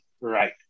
right